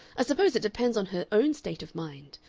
i suppose it depends on her own state of mind.